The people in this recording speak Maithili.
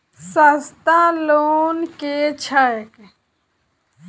सस्ता लोन केँ छैक